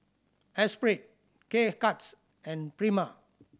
Esprit K Cuts and Prima